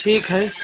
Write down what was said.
ठीक हय